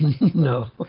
no